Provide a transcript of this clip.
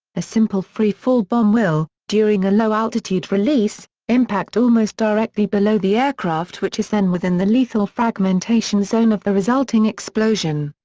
a simple free-fall bomb will, during a low altitude release, impact almost directly below the aircraft which is then within the lethal fragmentation zone of the resulting explosion.